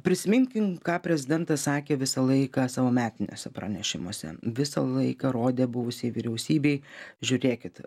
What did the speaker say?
prisiminkim ką prezidentas sakė visą laiką savo metiniuose pranešimuose visą laiką rodė buvusiai vyriausybei žiūrėkit